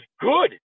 good